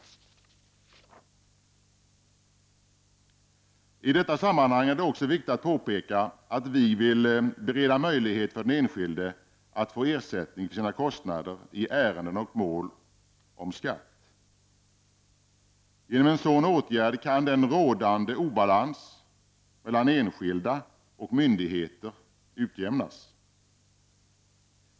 I detta sammanhang är det också viktigt att påpeka att vi vill bereda möjlighet för den enskilde att få ersättning för sina kostnader i ärenden och mål om skatt. Genom en sådan åtgärd kan den rådande obalansen mellan enskilda och myndigheter utjämnas.